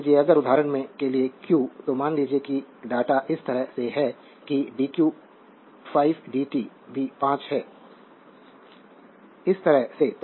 मान लीजिए अगर उदाहरण के लिए q तो मान लीजिए कि डेटा इस तरह से है जैसे कि dq 5 dt भी 5 है इस तरह से